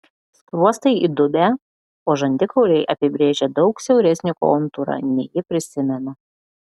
skruostai įdubę o žandikauliai apibrėžia daug siauresnį kontūrą nei ji prisimena